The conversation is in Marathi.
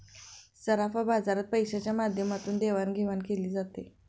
सराफा बाजारात पैशाच्या माध्यमातून देवाणघेवाण केली जाते